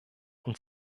und